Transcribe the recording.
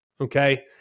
Okay